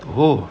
oh